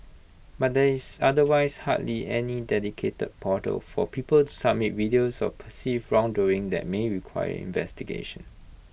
but there is otherwise hardly any dedicated portal for people to submit videos of perceived wrongdoing that may require investigation